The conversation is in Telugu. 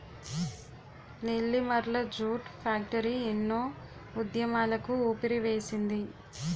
నెల్లిమర్ల జూట్ ఫ్యాక్టరీ ఎన్నో ఉద్యమాలకు ఊపిరివేసింది